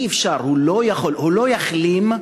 אי-אפשר, הוא לא יחלים,